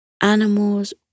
animals